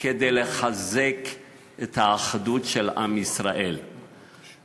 כדי לחזק את האחדות של עם ישראל,